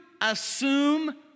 assume